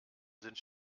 sind